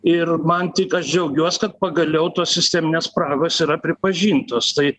ir man tik aš džiaugiuos kad pagaliau tos sisteminės spragos yra pripažintos tai